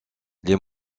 les